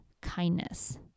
kindness